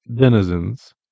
denizens